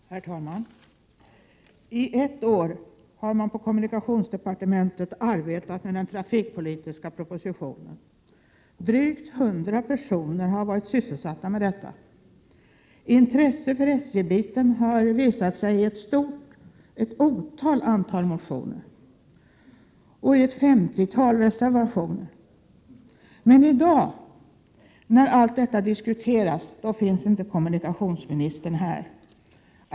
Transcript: Herr talman! I ett år har man på kommunikationsdepartementet arbetat med den trafikpolitiska propositionen. Drygt 100 personer har varit sysselsatta med den. Intresset för SJ-frågorna visar sig i ett otal motioner och i ett femtiotal reservationer. Men i dag, när allt detta diskuteras, finns inte kommunikationsministern här.